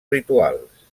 rituals